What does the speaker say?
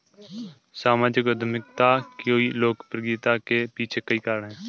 सामाजिक उद्यमिता की लोकप्रियता के पीछे कई कारण है